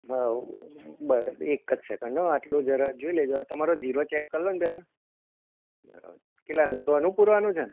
હા બરાબર એક જ સેકન્ડ હોં આટલું જરા જોઈ લેજો આ તમારો જીરો ચેક કરી લો ને પહેલાં બરાબર કેટલાનું સોનું પુરવાનું છે ને